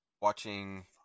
watching